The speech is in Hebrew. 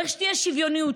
צריך שתהיה שוויוניות,